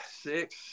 six